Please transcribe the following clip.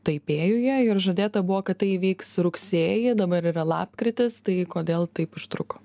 taipėjuje ir žadėta buvo kad tai įvyks rugsėjį dabar yra lapkritis tai kodėl taip užtruko